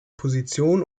position